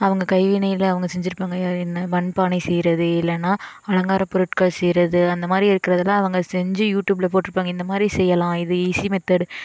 அவங்க கைவினையில் அவங்க செஞ்சிருப்பாங்க என்ன மண் பானை செய்கிறது இல்லைனா அலங்கார பொருட்கள் செய்கிறது அந்த மாதிரி இருக்கிறதுல அவங்க செஞ்சு யூடியூப்புல போட்டிருப்பாங்க இந்த மாதிரி செய்யலாம் இது ஈஸி மெத்தட்